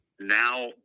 now